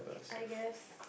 I guess